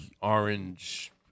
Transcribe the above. orange